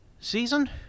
season